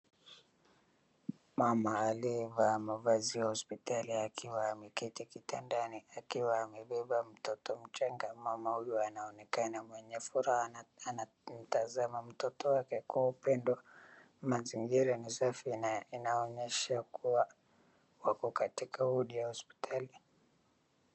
Mama aliyevaa mavazi ya hospitali akiwa ameketi kitandani akiwa amebeba mtoto mchanga, mama huyu anaonekana mwenye furaha na anatazama mtoto wake kwa upendo. Mazingira ni sai na inaonyesha kuwa wako katika wodi ya hospitali.